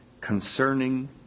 concerning